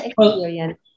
experience